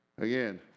Again